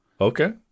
Okay